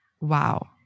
wow